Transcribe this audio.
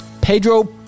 Pedro